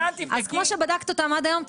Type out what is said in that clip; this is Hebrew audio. אז כמו שבדקת אותם עד היום,